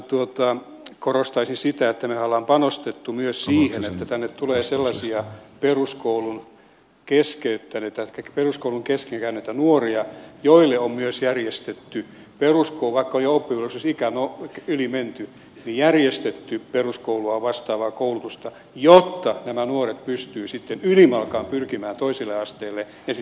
minä korostaisin sitä että mehän olemme panostaneet myös siihen että kun tänne tulee sellaisia peruskoulun kesken jättäneitä nuoria heille on järjestetty vaikka on jo oppivelvollisuusiän yli menty peruskoulua vastaavaa koulutusta jotta nämä nuoret pystyvät sitten ylimalkaan pyrkimään toiselle asteelle ja sitä kautta eteenpäin